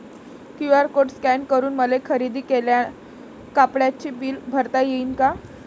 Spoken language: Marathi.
क्यू.आर कोड स्कॅन करून मले खरेदी केलेल्या कापडाचे बिल भरता यीन का?